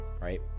right